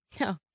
no